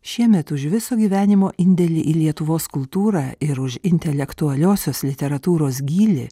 šiemet už viso gyvenimo indėlį į lietuvos kultūrą ir už intelektualiosios literatūros gylį